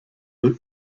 der